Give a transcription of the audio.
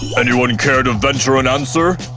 anyone care to venture an answer?